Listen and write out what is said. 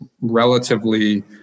relatively